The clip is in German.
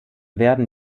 werden